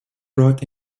brought